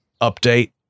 update